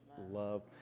love